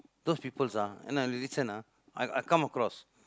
those peoples ah eh no you listen ah I I come across